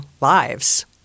lives